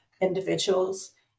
individuals